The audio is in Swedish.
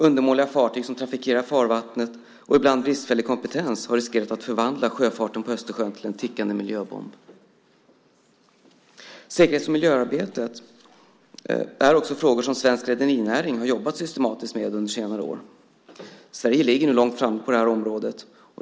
Undermåliga fartyg som trafikerar farvattnet och ibland bristfällig kompetens har riskerat att förvandla sjöfarten på Östersjön till en tickande miljöbomb. Svensk rederinäring har under senare år jobbat systematiskt med frågor som handlar om säkerhets och miljöarbete. Sverige ligger långt fram på detta område.